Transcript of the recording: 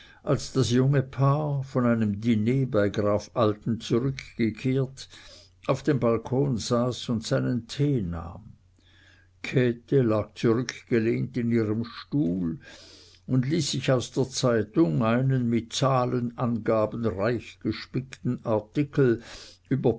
als das junge paar von einem diner bei graf alten zurückgekehrt auf dem balkon saß und seinen tee nahm käthe lag zurückgelehnt in ihrem stuhl und ließ sich aus der zeitung einen mit zahlenangaben reich gespickten artikel über